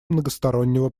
многостороннего